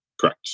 Correct